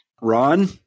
Ron